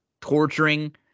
torturing